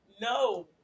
No